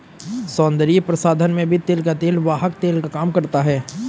सौन्दर्य प्रसाधन में भी तिल का तेल वाहक तेल का काम करता है